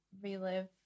relive